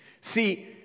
See